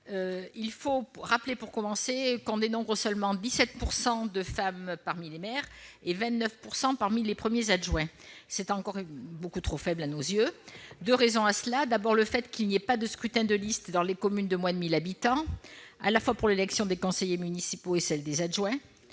Il faut rappeler qu'on dénombre seulement 17 % de femmes parmi les maires, et 29 % parmi les premiers adjoints. C'est encore beaucoup trop faible. Deux raisons à cela. D'abord, il n'y a pas de scrutin de liste dans les communes de moins de 1 000 habitants, à la fois pour l'élection des conseillers municipaux et pour celle des adjoints.